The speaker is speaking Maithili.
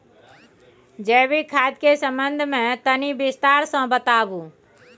जैविक खाद के संबंध मे तनि विस्तार स बताबू?